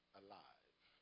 alive